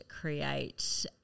create